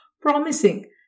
promising